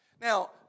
now